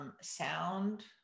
sound